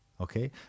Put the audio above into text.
okay